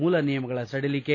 ಮೂಲ ನಿಯಮಗಳ ಸಡಿಲಿಕೆ